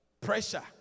Pressure